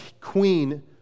queen